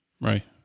Right